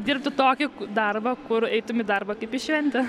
dirbti tokį darbą kur eitum į darbą kaip į šventę